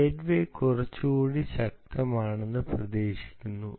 gateway കുറച്ചുകൂടി ശക്തമാകുമെന്ന് പ്രതീക്ഷിക്കുന്നു